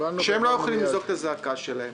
שהם לא יכולים לזעוק את הזעקה שלהם.